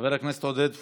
חבר הכנסת עודד פורר,